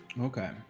Okay